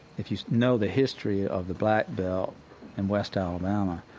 if you know the history of the black belt in west alabama,